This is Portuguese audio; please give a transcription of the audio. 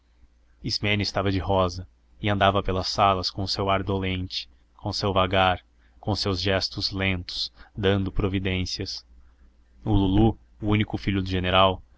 estava de rosa e andava pelas salas com o seu ar dolente com o seu vagar com os seus gestos lentos dando providências o lulu o único filho do general